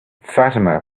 fatima